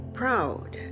proud